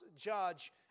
judge